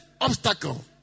obstacle